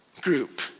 group